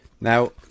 Now